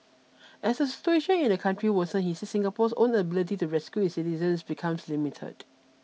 as the situation in the country worsens he said Singapore's own ability to rescue its citizens becomes limited